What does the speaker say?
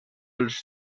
els